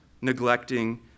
neglecting